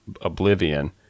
Oblivion